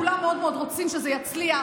כולם מאוד מאוד רוצים שזה יצליח,